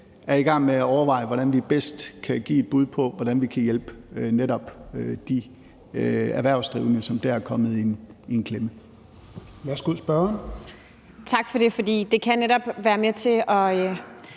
er i gang med at overveje, hvordan vi bedst kan give et bud på, hvordan vi kan hjælpe netop de erhvervsdrivende, som er kommet i klemme.